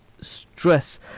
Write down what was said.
stress